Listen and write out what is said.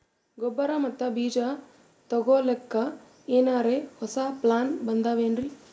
ಗೊಬ್ಬರ ಮತ್ತ ಬೀಜ ತೊಗೊಲಿಕ್ಕ ಎನರೆ ಹೊಸಾ ಪ್ಲಾನ ಬಂದಾವೆನ್ರಿ?